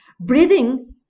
breathing